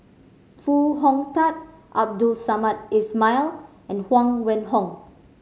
Foo Hong Tatt Abdul Samad Ismail and Huang Wenhong